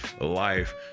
life